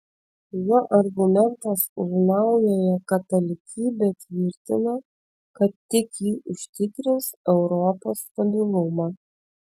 jo argumentas už naująją katalikybę tvirtina kad tik ji užtikrins europos stabilumą